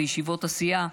בישיבות הסיעה,